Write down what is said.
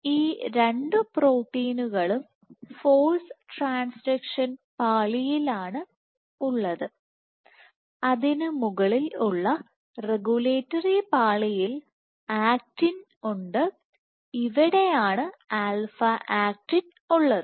ഈ രണ്ട് പ്രോട്ടീനുകളും ഫോഴ്സ് ട്രാൻസ്ഡക്ഷൻ ഉണ്ട് അതിന് മുകളിൽ ഉള്ള റെഗുലേറ്ററി പാളിയിൽ ആക്റ്റിൻ ഉണ്ട് ഇവിടെയാണ് ആൽഫ ആക്റ്റിൻ α Actin ഉള്ളത്